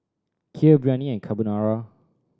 Kheer Biryani and Carbonara